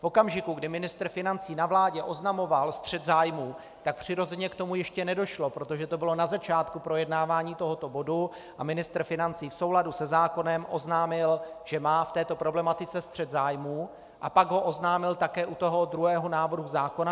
V okamžiku, kdy ministr financí na vládě oznamoval střet zájmů, tak přirozeně k tomu ještě nedošlo, protože to bylo na začátku projednávání tohoto bodu, a ministr financí v souladu se zákonem oznámil, že má v této problematice střet zájmů, a pak ho oznámil také u toho druhého návrhu zákona.